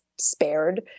spared